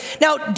Now